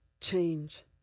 change